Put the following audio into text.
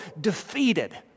defeated